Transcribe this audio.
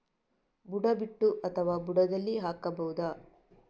ಬುಡ ಬಿಟ್ಟು ಅಥವಾ ಬುಡದಲ್ಲಿ ಹಾಕಬಹುದಾ?